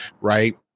right